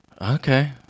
Okay